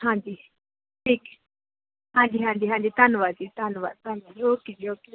ਹਾਂਜੀ ਠੀਕ ਹੈ ਹਾਂਜੀ ਹਾਂਜੀ ਧੰਨਵਾਦ ਜੀ ਧੰਨਵਾਦ ਜੀ ਓਕੇ ਜੀ ਓਕੇ